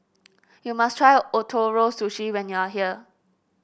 you must try Ootoro Sushi when you are here